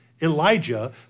Elijah